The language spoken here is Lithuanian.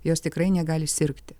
jos tikrai negali sirgti